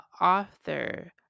author